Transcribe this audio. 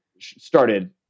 started